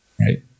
Right